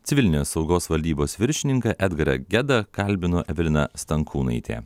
civilinės saugos valdybos viršininką edgarą gedą kalbino evelina stankūnaitė